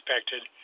expected